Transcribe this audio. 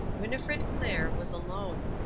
winnifred clair was alone.